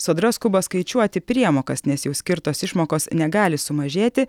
sodra skuba skaičiuoti priemokas nes jau skirtos išmokos negali sumažėti